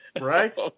Right